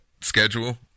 schedule